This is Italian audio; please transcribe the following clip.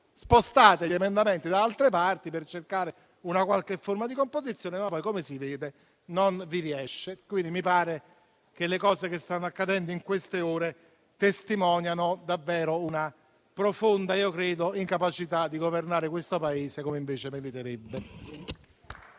spostate gli emendamenti da altre parti per cercare qualche forma di composizione, ma poi, come si vede, non vi riesce. Mi sembra infatti che quanto sta accadendo in queste ore testimoni davvero una profonda incapacità di governare questo Paese, che invece meriterebbe